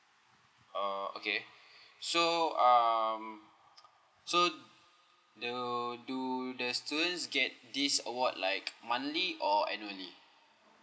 uh okay so um so do do the students get this award like monthly or annually